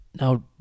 Now